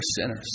sinners